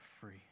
free